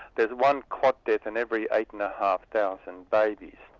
there's one cot death in every eight and a half thousand babies.